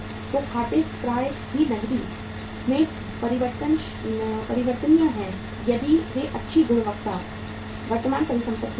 तो खाते प्राप्य भी नकदी में परिवर्तनीय हैं यदि वे अच्छी गुणवत्ता वर्तमान संपत्ति के हैं